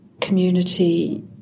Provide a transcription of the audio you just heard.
community